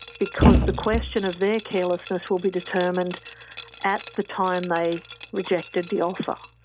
because the question of their carelessness will be determined at the time they rejected the offer.